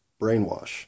brainwash